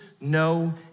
no